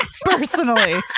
personally